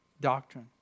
doctrine